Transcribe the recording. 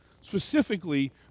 specifically